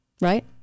Right